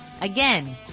Again